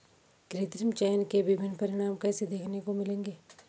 कृत्रिम चयन के विभिन्न परिणाम कैसे देखने को मिलेंगे?